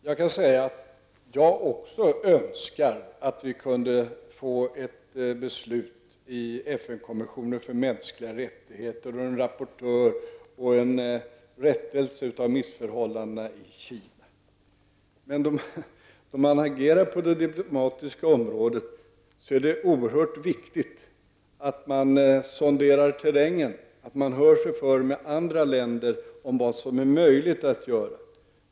Herr talman! Jag kan säga att jag också önskar att vi kunde få ett beslut i FN-kommissionen för de mänskliga rättigheterna, en rapportör och en rättelse av missförhållandena i Kina. Men då man agerar på det diplomatiska området är det oerhört viktigt att man sonderar terrängen och att man hör sig för med andra länder om vad som är möjligt att göra.